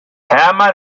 hermann